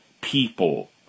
people